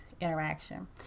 interaction